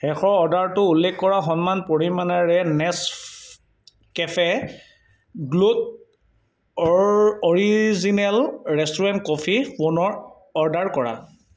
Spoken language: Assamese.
শেষৰ অৰ্ডাৰটো উল্লেখ কৰাৰ সমান পৰিমাণৰে Nescafe gold or original restaurant coffee পুনৰ অৰ্ডাৰ কৰা